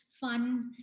fun